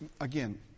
Again